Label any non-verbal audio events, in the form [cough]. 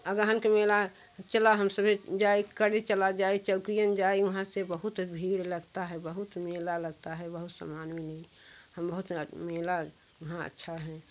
अगहन के मेला चला हम सभी जाए कड़ी चला जाए चौकियन जाए वहाँ से बहुत भीड़ लगता है बहुत मेला लगता है बहुत सामान [unintelligible] हम बहुत मेला वहाँ अच्छा है